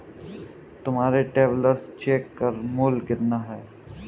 तुम्हारे travellers cheque का मूल्य कितना है?